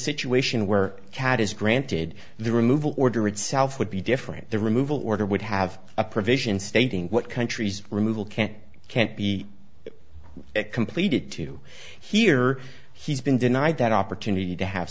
situation where cad is granted the removal order itself would be different the removal order would have a provision stating what countries removal can't can't be completed to hear he's been denied that opportunity to have